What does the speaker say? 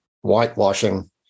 whitewashing